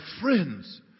friends